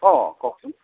অঁ কওকচোন